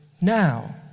now